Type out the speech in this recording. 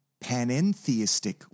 panentheistic